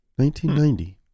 1990